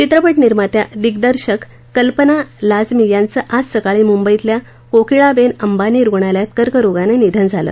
चित्रपट निर्मात्या दिगदर्शक कल्पना लाजमी यांचं आज सकाळी मुंबईतल्या कोकीळाबेन अंबानी रुगणालयात कर्करोगानं निधन झालं